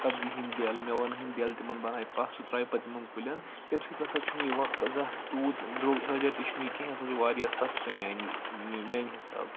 سبزی ہٕنٛدۍ دؠل میٚون ہٕنٛدۍ دِٮ۪ل تِمَن بَنایہِ پاہہ سُہ ترٛایہِ پَتہٕ تِمَن کُلؠن تمہِ سۭتۍ نَسا چھُنہٕ یِوان زانٛہہ تِیوٗت درٚوگ درۄجر تہِ چھُنہٕ یہِ کینٛہہ ہَسا چھُ واریاہ سَستہٕ میانہِ میانہِ حِساب